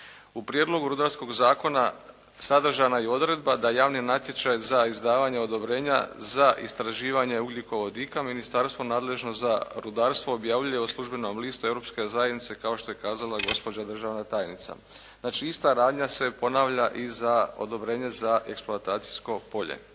U Prijedlogu rudarskog zakona sadržana je i odredba da javni natječaj za izdavanje odobrenja za istraživanje ugljikovodika ministarstvo nadležno za rudarstvo objavljuje u službenom listu Europske zajednice kao što je kazala gospođa državna tajnica. Znači ista radnja se ponavlja i za odobrenje za eksploatacijsko polje.